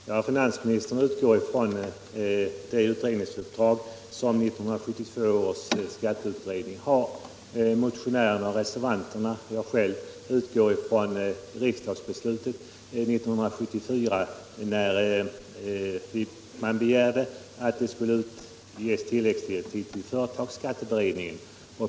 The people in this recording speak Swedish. Fru talman! Finansministern utgår från det utredningsuppdrag som 1972 års skatteutredning har. Motionärerna och reservanterna och även jag i min fråga utgår från riksdagsbeslutet 1974, då det begärdes tillläggsdirektiv till företagsskatteberedningen.